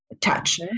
touch